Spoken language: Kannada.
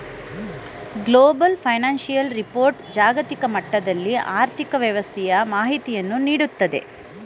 ಗ್ಲೋಬಲ್ ಫೈನಾನ್ಸಿಯಲ್ ರಿಪೋರ್ಟ್ ಜಾಗತಿಕ ಮಟ್ಟದಲ್ಲಿ ಆರ್ಥಿಕ ವ್ಯವಸ್ಥೆಯ ಮಾಹಿತಿಯನ್ನು ನೀಡುತ್ತದೆ